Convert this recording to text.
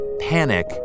panic